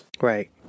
Right